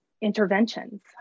interventions